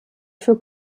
für